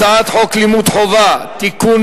הצעת חוק לימוד חובה (תיקון,